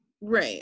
Right